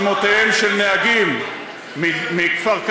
שמותיהם של נהגים מכפר-קאסם,